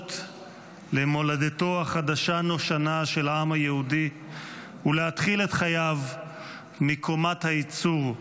לעלות למולדתו החדשה-נושנה של העם היהודי ולהתחיל את חייו מקומת הייצור.